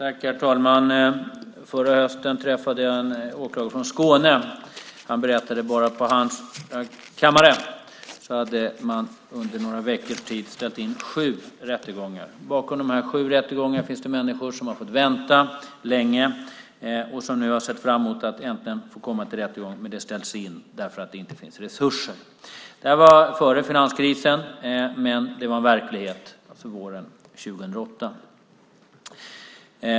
Herr talman! Förra hösten träffade jag en åklagare från Skåne. Han berättade att bara på hans kammare hade man under några veckors tid ställt in sju rättegångar. Bakom de här sju rättegångarna finns det människor som har fått vänta länge och som har sett fram emot att äntligen få komma till rättegång, men det ställs in därför att det inte finns resurser. Detta var före finanskrisen, men det var en verklighet våren 2008.